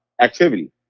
activity